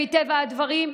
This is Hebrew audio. מטבע הדברים,